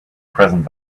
present